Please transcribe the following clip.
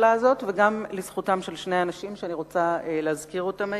וגם לזכותם של שני אנשים שאני רוצה להזכיר אותם היום,